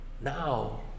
Now